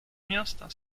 miasta